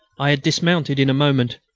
i had dismounted in a moment,